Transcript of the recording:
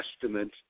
Testament